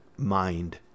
mind